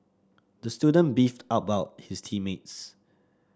the student beefed about his team mates